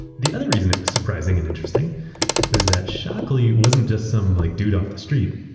the other reason it was surprising and interesting is that shockley wasn't just some like dude off the street.